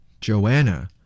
joanna